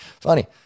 funny